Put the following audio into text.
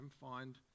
find